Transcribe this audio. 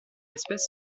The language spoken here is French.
espèce